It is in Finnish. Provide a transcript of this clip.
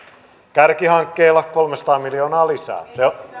kärkihankkeille kolmesataa miljoonaa lisää